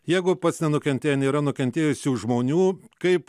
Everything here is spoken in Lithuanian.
jeigu pats nenukentėjai nėra nukentėjusių žmonių kaip